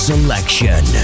Selection